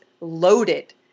loaded